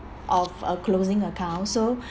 of uh closing account so